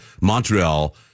Montreal